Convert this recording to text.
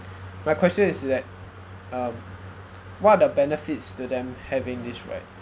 my question is that um what are the benefits to them having this right